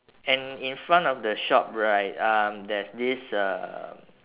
and in front of the shop right um there's this uh